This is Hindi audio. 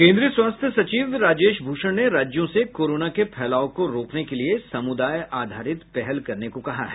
केन्द्रीय स्वास्थ्य सचिव राजेश भूषण ने राज्यों से कोरोना के फैलाव को रोकने के लिए सामुदाय आधारित पहल करने को कहा है